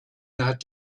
not